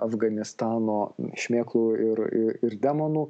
afganistano šmėklų ir ir demonų